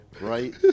right